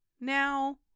now